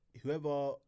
whoever